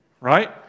right